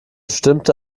stimmte